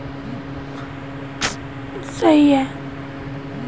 ई commerce के लिए अब आउटलेट या दुकान खोलने की आवश्यकता नहीं रह गई है